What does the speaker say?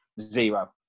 zero